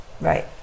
Right